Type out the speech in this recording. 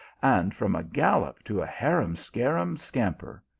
and from a gallop to a harum-scarum scamper.